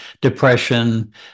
depression